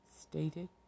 stated